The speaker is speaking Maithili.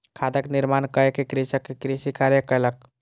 खादक निर्माण कय के कृषक कृषि कार्य कयलक